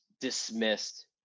dismissed